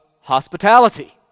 hospitality